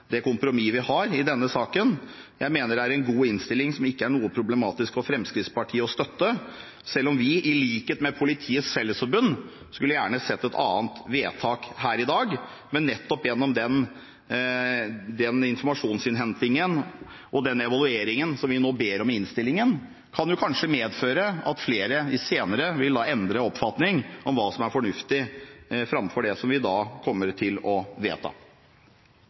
det kompromisset vi har, i denne saken. Jeg mener det er en god innstilling, som det ikke er noe problematisk for Fremskrittspartiet å støtte, selv om vi – i likhet med Politiets Fellesforbund – gjerne skulle sett et annet vedtak her i dag. Men nettopp den informasjonsinnhentingen og evalueringen som vi nå ber om i innstillingen, kan kanskje medføre at flere senere vil endre oppfatning om hva som er fornuftig – framfor det vi i dag kommer til å vedta.